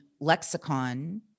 lexicon